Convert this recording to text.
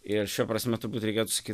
ir šia prasme turbūt reikėtų sakyt